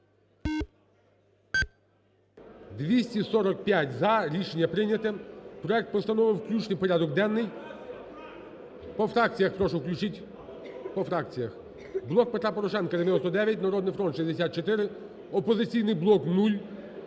245 – за. Рішення прийняте. Проект постанови включений в порядок денний. По фракціях, прошу, включіть, по фракціях. "Блок Петра Порошенка" – 99, "Народний фронт" – 64, "Опозиційний блок"